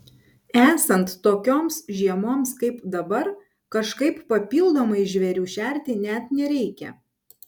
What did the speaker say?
esant tokioms žiemoms kaip dabar kažkaip papildomai žvėrių šerti net nereikia